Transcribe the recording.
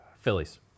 Phillies